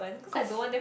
cause